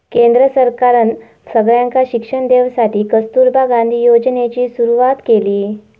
केंद्र सरकारना सगळ्यांका शिक्षण देवसाठी कस्तूरबा गांधी योजनेची सुरवात केली